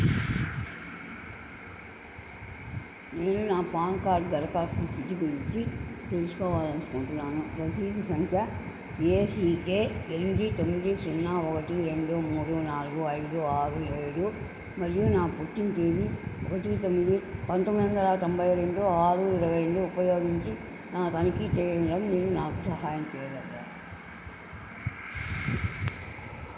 నేను నా PAN card దరఖాస్తు స్థితి గురించి తెలుసుకోవాలనుకుంటున్నాను రసీదు సంఖ్య ఏసీకే ఎనిమిది తొమ్మిది సున్నా ఒకటి రెండు మూడు నాలుగు ఐదు ఆరు ఏడు మరియు నా పుట్టిన తేదీ ఒకటి తొమ్మిది పంతొంమ్మిదొందల తొంభై రెండు ఆరు ఇరవై రెండు ఉపయోగించి తనిఖీ చెయ్యడంలో మీరు నాకు సహాయం చెయ్యగలరా